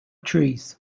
trees